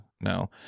no